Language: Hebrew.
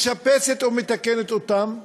משפצות ומתקנות אותם,